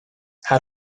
had